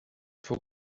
fou